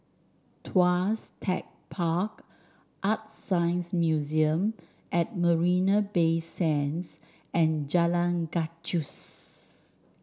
Tuas Tech Park ArtScience Museum at Marina Bay Sands and Jalan Gajus